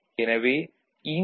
எனவே இங்கு 0